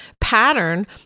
pattern